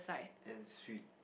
and sweet